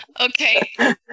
Okay